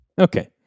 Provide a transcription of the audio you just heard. Okay